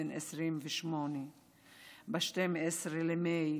בן 28. ב-12 במאי